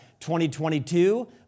2022